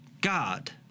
God